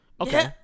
Okay